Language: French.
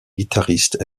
guitariste